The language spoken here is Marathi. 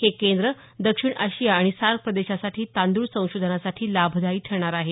हे केंद्र दक्षिण आशिया आणि सार्क प्रदेशासाठी तांद्ळ संशोधनासाठी लाभदायी ठरणार आहे